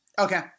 Okay